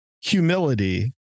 humility